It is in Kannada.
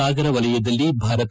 ಸಾಗರ ವಲಯದಲ್ಲಿ ಭಾರತ